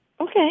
Okay